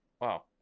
wow